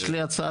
יש לי הצעה,